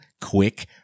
quick